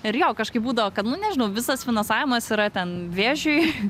ir jo kažkaip būdavo kad nu nežinau visas finansavimas yra ten vėžiui